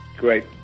Great